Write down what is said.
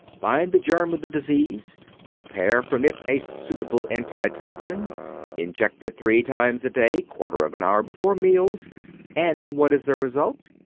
find the germ of the disease prepare from it a suitable anti-toxin inject it three times a day quarter of an hour before meals and what is the result?